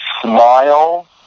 smile